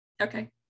Okay